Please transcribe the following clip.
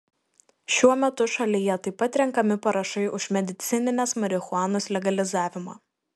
šiuo metu šalyje taip pat renkami parašai už medicininės marihuanos legalizavimą